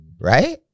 Right